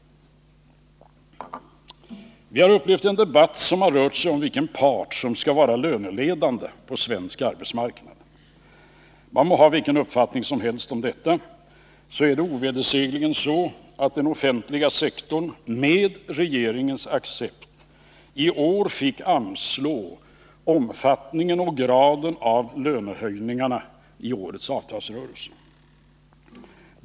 Vi har upplevt en debatt som har rört sig om vilken part som skall vara löneledande på svensk arbetsmarknad. Man må ha vilken uppfattning som helst om detta, men det är ovedersägligen så att den offentliga sektorn med regeringens accept i år fick ange omfattningen och graden av lönehöjningarnai årets avtalsrörelse.